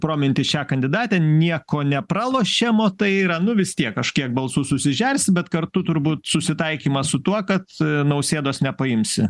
prominti šią kandidatę nieko nepralošiam tai yra nu vis tiek kažkiek balsų susižersim bet kartu turbūt susitaikymas su tuo kad nausėdos nepaimsi